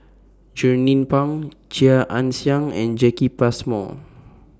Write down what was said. Jernnine Pang Chia Ann Siang and Jacki Passmore